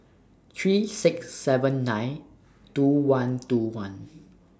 three six seven nine two one two one